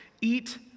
eat